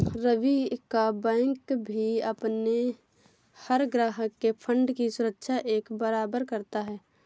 रवि का बैंक भी अपने हर ग्राहक के फण्ड की सुरक्षा एक बराबर करता है